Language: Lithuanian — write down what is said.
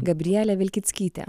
gabrielė vilkitskytė